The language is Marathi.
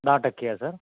दहा टक्के हा सर